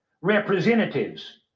representatives